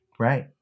right